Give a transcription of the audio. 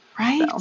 Right